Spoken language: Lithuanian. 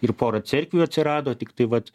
ir pora cerkvių atsirado tiktai vat